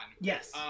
Yes